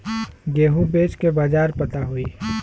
गेहूँ बेचे के बाजार पता होई?